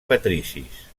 patricis